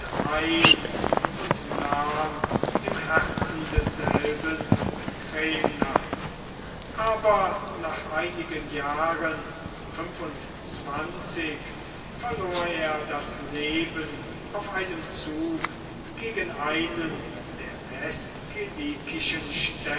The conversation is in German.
ein und nahm im herzen desselben kremna aber nach einigen jahren verlor er das leben auf einem zug gegen einen der